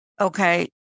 Okay